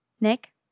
Nick